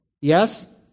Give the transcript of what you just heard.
Yes